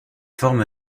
forme